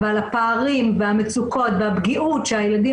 אבל הפערים והמצוקות והפגיעות שהילדים